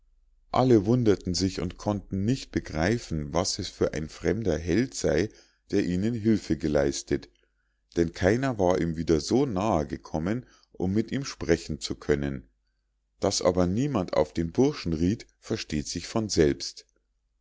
alle wunderten sich und konnten nicht begreifen was es für ein fremder held sei der ihnen hülfe geleistet denn keiner war ihm wieder so nahe gekommen um mit ihm sprechen zu können daß aber niemand auf den burschen rieth versteht sich von selbst